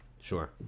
Sure